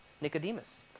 Nicodemus